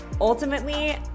Ultimately